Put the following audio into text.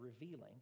revealing